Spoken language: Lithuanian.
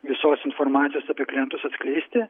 visos informacijos apie klientus atskleisti